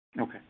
Okay